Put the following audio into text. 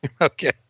okay